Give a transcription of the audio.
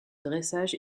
dressage